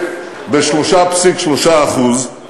חוץ מאנשים אתה רואה הכול.